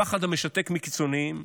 הפחד המשתק מקיצוניים,